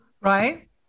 right